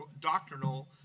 doctrinal